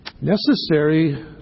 Necessary